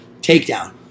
takedown